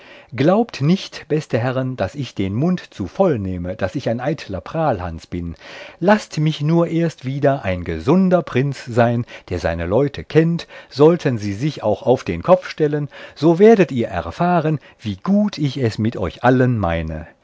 glaubt nicht beste herrn daß ich den mund zu voll nehme daß ich ein eitler prahlhans bin laßt mich nur erst wieder ein gesunder prinz sein der seine leute kennt sollten sie sich auch auf den kopf stellen so werdet ihr erfahren wie gut ich es mit euch allen meine